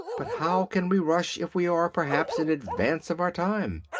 but how can we rush if we are, perhaps, in advance of our time?